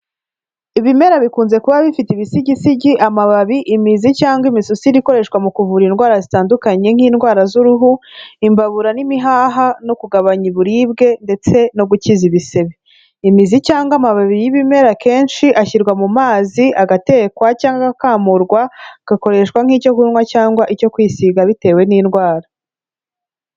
Ibimera bikunze kuba bifite ibisigisigi, amababi, imizi cyangwa imisusire ikoreshwa mu kuvura indwara zitandukanye nk'indwara z'uruhu, imbabura n'imihaha no kugabanya uburibwe ndetse no gukiza ibisebe. Imizi cyangwa amababi y'ibimera akenshi ashyirwa mu mazi agatekwa cyangwa agakamurwa, agakoreshwa nk'icyo kunywa cyangwa icyo kwisiga bitewe n'indwara.